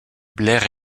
blair